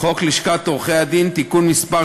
חוק לשכת עורכי-הדין (תיקון מס'